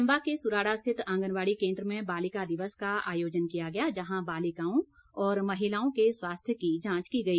चम्बा के सुराड़ा स्थित आंगनबाड़ी केन्द्र में बालिका दिवस का आयोजन किया गया जहां बालिकाओं और महिलाओं के स्वास्थ्य की जांच की गई